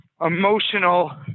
emotional